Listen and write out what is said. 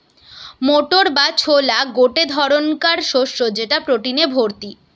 motor বা ছোলা গটে ধরণকার শস্য যেটা প্রটিনে ভর্তি